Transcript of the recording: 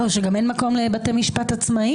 וגם אין מקום לבתי משפט עצמאיים.